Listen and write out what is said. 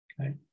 Okay